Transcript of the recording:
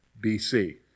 BC